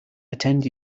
attend